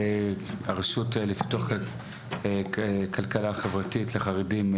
הרשות לפיתוח כלכלי חברתי לחרדים,